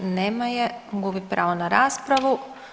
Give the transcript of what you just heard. Nema je, gubi pravo na raspravu.